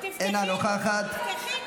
אולי עם אחת מהחברות, התכוונת.